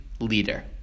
leader